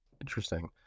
Interesting